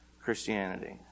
Christianity